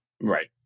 Right